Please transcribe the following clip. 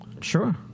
Sure